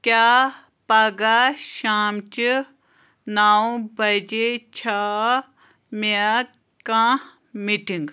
کیٛاہ پگاہ شامچہِ نو بجے چھا مےٚ کانٛہہ میٖٹِنٛگ